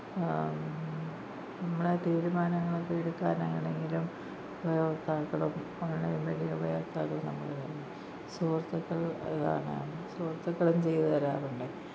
നമ്മളെ തീരുമാനങ്ങളൊക്കെ എടുക്കാനാണെങ്കിലും ഉപഭോക്താക്കളും ഓൺലൈൻ വഴി ഉപയോക്താക്കളും നമ്മൾ സുഹൃത്തുക്കളും ഇതാണ് സുഹൃത്തുക്കളും ചെയ്തു തരാറുണ്ട്